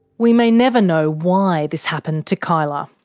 we may never know why this happened to kyla.